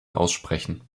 aussprechen